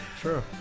True